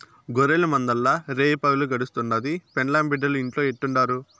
గొర్రెల మందల్ల రేయిపగులు గడుస్తుండాది, పెండ్లాం బిడ్డలు ఇంట్లో ఎట్టుండారో